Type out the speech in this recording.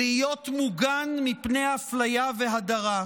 להיות מוגן מפני אפליה והדרה.